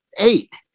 eight